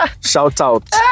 shout-out